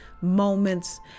moments